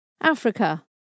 Africa